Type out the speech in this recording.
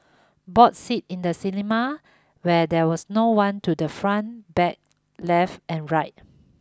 bought seat in the cinema where there was no one to the front back left and right